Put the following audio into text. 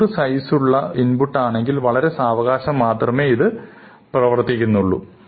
100 size ഉള്ള input ആണെകിൽ വളരെ സാവകാശം മാത്രമേ ഇത് പ്രവർത്തിക്കുകയുള്ളു